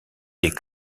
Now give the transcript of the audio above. des